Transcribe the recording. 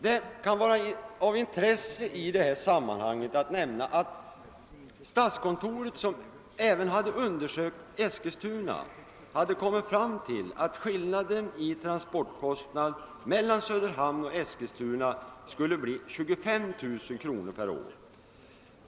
Det kan vara av intresse i detta sammanhang att nämna att statskontoret, som även hade undersökt = Eskilstunaförslaget, hade kommit fram till att skillnaden i transportkostnader mellan Söderhamnsoch Eskilstunaalternativen skulle bli 25 000 kr. per år.